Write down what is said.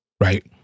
right